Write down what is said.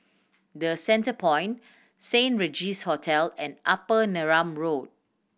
The Centrepoint Saint Regis Hotel and Upper Neram Road